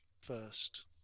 first